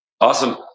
Awesome